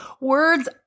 Words